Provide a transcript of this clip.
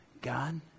God